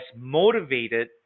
motivated